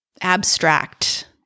abstract